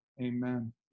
amen